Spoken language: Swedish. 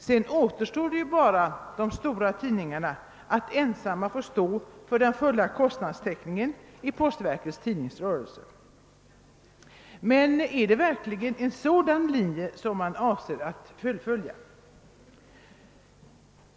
Sedan återstår endast de stora tidningarna, som ensamma måste svara för den fulla kostnadstäckningen i postverkets tidningsrörelse. Men är det verkligen en sådan linje som man avser att fullfölja?